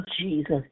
Jesus